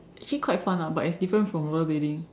actually quite fun lah but it's different from rollerblading